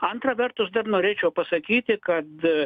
antra vertus dar norėčiau pasakyti kad